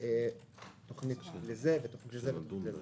תוכנית לזה ותוכנית לזה.